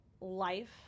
life